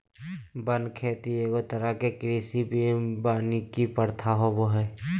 वन खेती एगो तरह के कृषि वानिकी प्रथा होबो हइ